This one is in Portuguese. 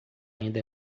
ainda